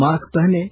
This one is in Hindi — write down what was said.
मास्क पहनें